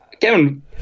Kevin